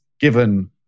given